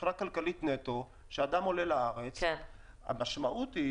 מבחינה כלכלית נטו, כשאדם עולה לארץ, המשמעות היא